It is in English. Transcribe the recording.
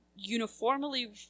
uniformly